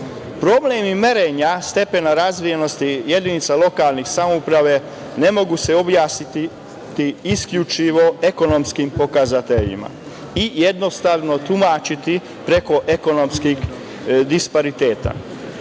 opština. Problemi merenja stepene razvijenosti jedinica lokalnih samouprava ne mogu se objasniti isključivo ekonomskim pokazateljima i jednostavno tumačiti preko ekonomskih dispariteta. Dinamični